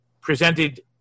presented